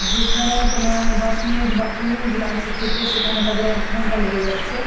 যেখানে তোমার দশ মিনিট বা কুড়ি মিনিট লাগছে খেতে সেখানে তাদের এক ঘণ্টা লেগে যাচ্ছে